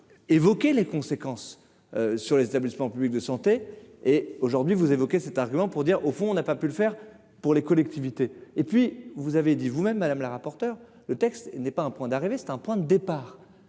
évoquer les conséquences sur les établissements publics de santé et aujourd'hui vous évoquez cet argument pour dire au fond, on n'a pas pu le faire pour les collectivités et puis vous avez dit vous-même madame la rapporteure, le texte n'est pas un point d'arrivée, c'est un point de départ,